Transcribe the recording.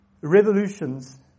revolutions